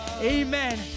Amen